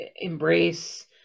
embrace